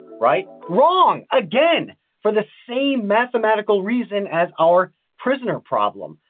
right? wrong. again. for the same mathematical reason as our prisoner problem.